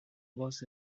was